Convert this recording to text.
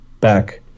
back